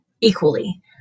equally